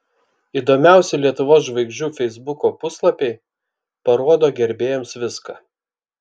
įdomiausi lietuvos žvaigždžių feisbuko puslapiai parodo gerbėjams viską